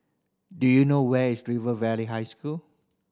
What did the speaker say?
do you know where is River Valley High School